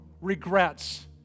regrets